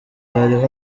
hariho